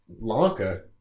Lanka